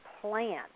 plant